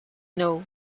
know